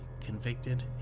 convicted